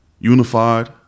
unified